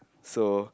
so